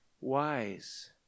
wise